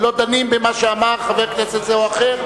ולא דנים במה שאמר חבר כנסת זה או אחר,